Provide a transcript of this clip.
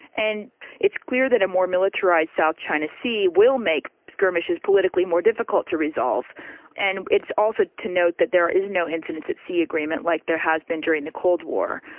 and it's clear that a more militarised south china sea will make skirmishes politically more difficult to resolve and it's also to note that there is no incidents at sea agreement like there has been during the cold war.